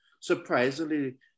Surprisingly